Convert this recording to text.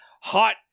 Hot